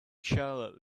charlotte